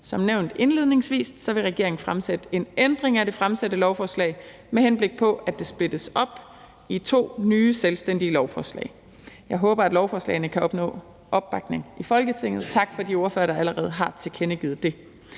Som nævnt indledningsvis vil regeringen stille et ændringsforslag til det fremsatte lovforslag, med henblik på at det splittes op i to nye, selvstændige lovforslag. Jeg håber, at lovforslagene kan opnå opbakning i Folketinget. Tak til de ordførere, der allerede har tilkendegivet det.